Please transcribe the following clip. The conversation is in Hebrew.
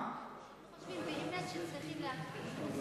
חושבים באמת שצריכים להקפיא.